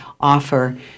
offer